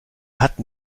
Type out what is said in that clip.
hatten